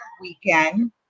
weekend